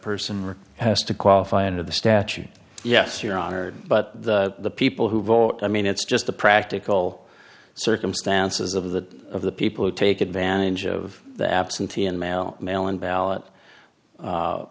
person has to qualify under the statute yes your honor but the people who vote i mean it's just the practical circumstances of the of the people who take advantage of the absentee unmount mail in ballot